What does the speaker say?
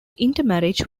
intermarriage